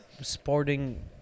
sporting